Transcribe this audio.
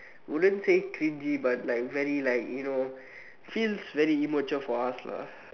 wouldn't say cringy but like very like you know feels very immature for us lah